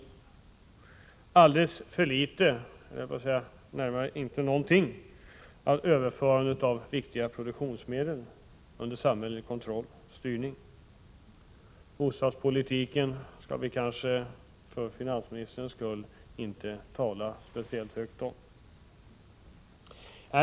Vi har alldeles för litet — eller nästan ingenting — av överföring av viktiga produktionsmedel till samhällelig styrning. Bostadspolitiken skall vi kanske, för finansministerns skull, inte tala speciellt högt om.